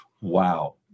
wow